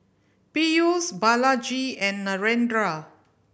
Peyush Balaji and Narendra